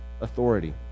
authority